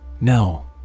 No